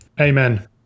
Amen